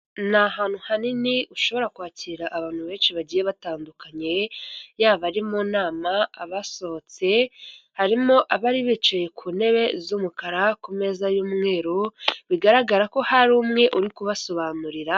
Ni hantu hanini ushobora kwakira abantu benshi bagiye batandukanye, yaba abari mu nama abasohotse, harimo abari bicaye ku ntebe z'umukara ku meza y'umweru, bigaragara ko hari umwe uri kubasobanurira.